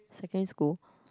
secondary school